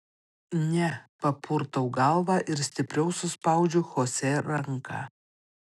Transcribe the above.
ne papurtau galvą ir stipriau suspaudžiu chosė ranką